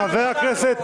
חבר הכנסת